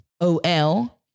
OL